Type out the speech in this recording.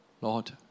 Lord